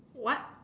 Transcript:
what